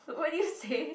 what did you say